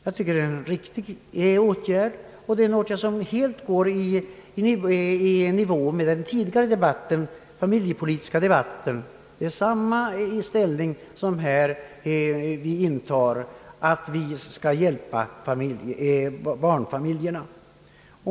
Jag tycker det är en åtgärd som är helt i nivå med den tidigare familjepolitiska debatten. Det är samma ställning vi här intar, nämligen att vi vill hjälpa barnfamiljerna.